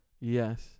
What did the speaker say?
Yes